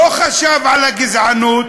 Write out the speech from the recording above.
לא חשב על הגזענות,